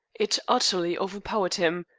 it utterly overpowered him.